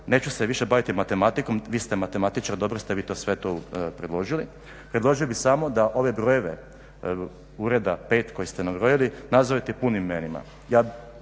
neću se više baviti matematikom, vi ste matematičar, dobro ste vi sve to predložili, predložio bih samo da ove brojeve ureda, 5 kojih ste nabrojili nazovete punim imenima.